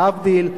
להבדיל,